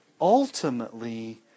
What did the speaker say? ultimately